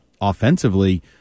offensively